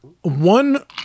One